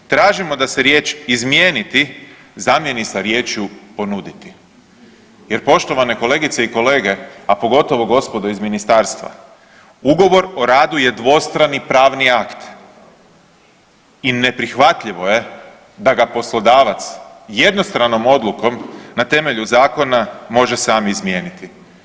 Tražimo da se riječ „izmijeniti“ zamjeni sa riječju „ponuditi“ jer, poštovane kolegice i kolege, a pogotovo gospodo iz Ministarstva, ugovor o radu je dvostrani pravni akt i neprihvatljivo je da ga poslodavac jednostranom odlukom na temelju zakona može sam izmijeniti.